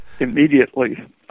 immediately